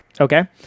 Okay